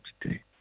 today